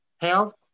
Health